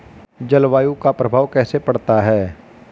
जलवायु का प्रभाव कैसे पड़ता है?